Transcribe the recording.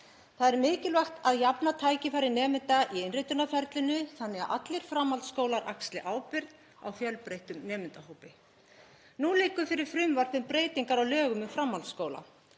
Það er mikilvægt að jafna tækifæri nemenda í innritunarferlinu þannig að allir framhaldsskólar axli ábyrgð á fjölbreyttum nemendahópi. Nú liggur fyrir frumvarp um breytingar á lögum um framhaldsskóla.